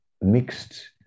mixed